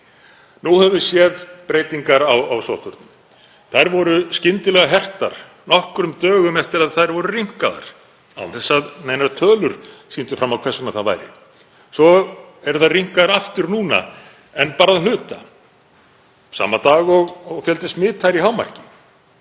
Nú höfum við séð breytingar á sóttvörnum. Þær voru skyndilega hertar nokkrum dögum eftir að þær voru rýmkaðar án þess að neinar tölur sýndu fram á hvers vegna það væri. Svo eru þær rýmkar aftur núna, en bara hluta, sama dag og fjöldi smitaðra er í hámarki.